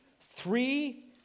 three